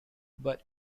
but